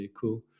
cool